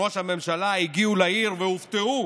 ראש הממשלה, הגיעו לעיר והופתעו